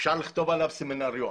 אפשר לכתוב עליו סמינריון.